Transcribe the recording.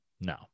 No